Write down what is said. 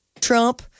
Trump